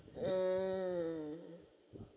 mm